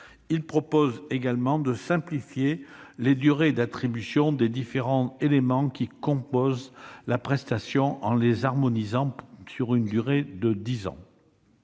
En outre, il simplifie les durées d'attribution des différents éléments qui composent la prestation en les harmonisant sur une période de dix ans.